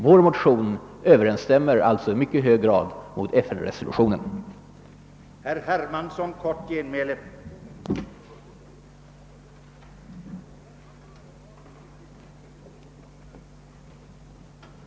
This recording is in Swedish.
Vår motion överensstämmer alltså i högre grad med FN-resolutionen än vad utskottets förslag gör.